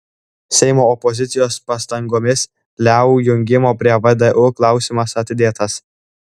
seimo opozicijos pastangomis leu jungimo prie vdu klausimas atidėtas